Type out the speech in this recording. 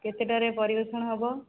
କେତେଟାରେ ପରିବେଷଣ ହେବ